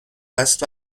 هست